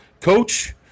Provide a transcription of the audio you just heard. Coach